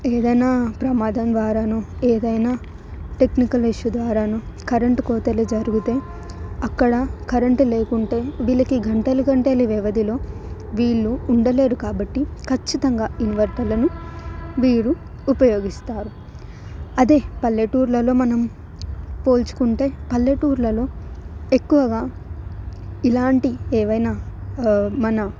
ఏదైనా ప్రమాదం ద్వారాను ఏదైనా టెక్నికల్ ఇష్యూ ద్వారాను కరెంటు కోతలు జరుగుతే అక్కడ కరెంటు లేకుంటే వీళ్ళకి గంటలు గంటలు వ్యవధిలో వీళ్ళు ఉండలేరు కాబట్టి ఖచ్చితంగా ఇన్వెంటర్లను వీరు ఉపయోగిస్తారు అదే పల్లెటూరులలో మనం పోల్చుకుంటే పల్లెటూరులలో ఎక్కువగా ఇలాంటి ఏవైనా మన